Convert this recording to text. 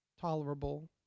tolerable